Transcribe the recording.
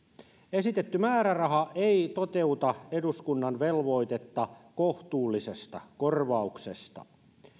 esitetty määräraha ei toteuta eduskunnan velvoitetta kohtuullisesta korvauksesta